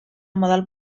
model